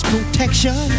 protection